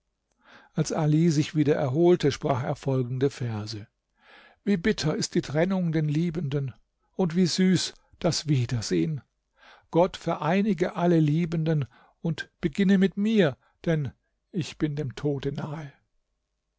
als ali sich wieder erholte sprach er folgende verse wie bitter ist die trennung den liebenden und wie süß das wiedersehenl gott vereinige alle liebenden und beginne mit mir denn ich bin dem tode nahe